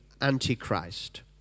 Antichrist